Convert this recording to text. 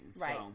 Right